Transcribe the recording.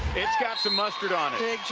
got some mustard on it.